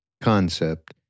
concept